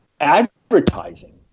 advertising